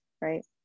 right